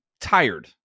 tired